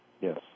Yes